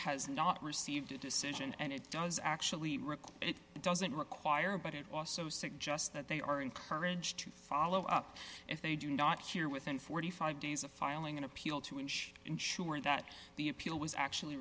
has not received a decision and it does actually require it doesn't require but it also suggests that they are encouraged to follow up if they do not hear within forty five days of filing an appeal to inch ensure that the appeal was actually